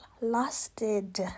lasted